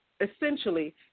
essentially